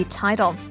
title